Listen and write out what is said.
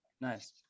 Nice